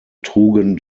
trugen